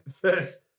First